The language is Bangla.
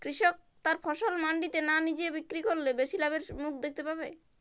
কৃষক তার ফসল মান্ডিতে না নিজে বিক্রি করলে বেশি লাভের মুখ দেখতে পাবে?